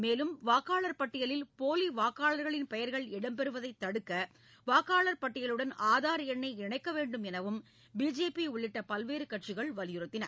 மேலும் வாக்காளர் பட்டியலில் போலி வாக்காளர்களின் பெயர்கள் இடம் பெறுவதை தடுக்க வாக்காளர் பட்டியலுடன் ஆதார் எண்ணை இணைக்க வேண்டும் எனவும பிஜேபி உள்ளிட்ட பல்வேறு கட்சிகள் வலியுறுத்தின